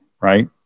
right